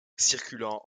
circulant